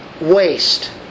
Waste